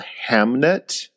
Hamnet